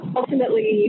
ultimately